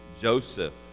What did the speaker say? Joseph